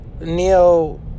Neo